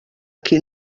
qui